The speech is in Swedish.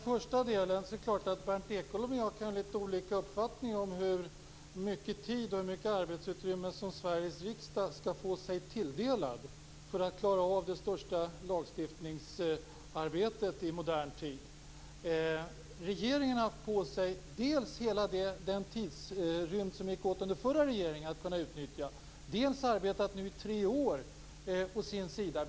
Fru talman! Det är klart att Berndt Ekholm och jag kan ha olika uppfattningar om hur mycket tid och arbetsutrymme som Sveriges riksdag skall få sig tilldelat för att klara av det största lagstiftningsarbetet i modern tid. Regeringen har dels kunnat utnyttja den tidsrymd som gick åt under den förra regeringen, dels nu arbetat i tre år.